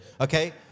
okay